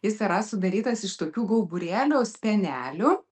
jis yra sudarytas iš tokių gauburėlių spenelių